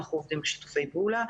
אנחנו בשיתופי פעולה,